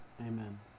Amen